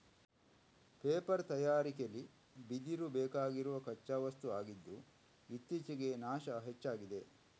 paper ತಯಾರಿಕೆಲಿ ಬಿದಿರು ಬೇಕಾಗಿರುವ ಕಚ್ಚಾ ವಸ್ತು ಆಗಿದ್ದು ಇತ್ತೀಚೆಗೆ ನಾಶ ಹೆಚ್ಚಾಗಿದೆ